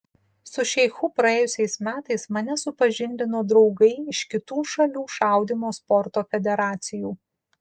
su šeichu praėjusiais metais mane supažindino draugai iš kitų šalių šaudymo sporto federacijų